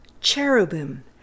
Cherubim